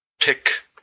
pick